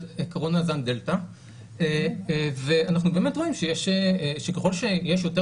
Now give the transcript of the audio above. קורונה זן דלתא ואנחנו באמת רואים שככל שיש יותר